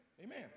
Amen